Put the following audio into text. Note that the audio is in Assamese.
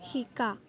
শিকা